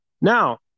Now